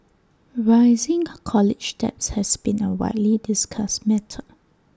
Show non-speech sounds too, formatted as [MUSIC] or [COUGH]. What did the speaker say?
rising [UNINTELLIGIBLE] college debt has been A widely discussed matter